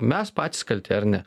mes patys kalti ar ne